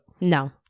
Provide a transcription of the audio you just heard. No